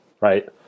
right